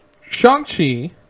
Shang-Chi